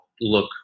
look